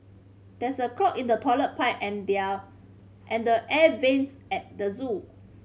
there's a clog in the toilet pipe and they are and the air vents at the zoo